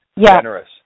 generous